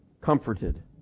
comforted